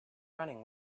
running